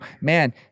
man